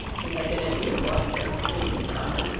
he had been at newport during the previous summer,